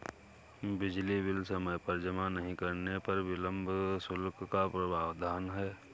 बिजली बिल समय पर जमा नहीं करने पर विलम्ब शुल्क का प्रावधान है